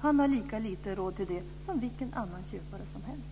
Han har lika lite råd till det som vilken annan köpare som helst.